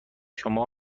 شما